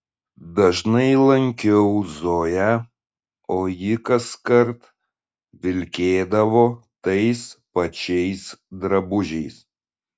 dažnai lankiau zoją o ji kaskart vilkėdavo tais pačiais drabužiais